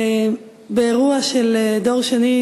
באירוע של דור שני